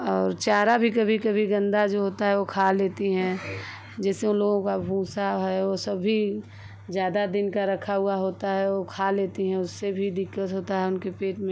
और चारा भी कभी कभी गंदा जो होता है ओ खा लेती हैं जैसे उनलोगों का भूसा है वो सब भी ज़्यादा दिन का रखा हुआ होता है वो खा लेती हैं उससे भी दिक्कत होता ही उनके पेट में